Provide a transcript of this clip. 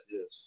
Yes